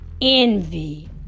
Envy